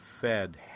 Fed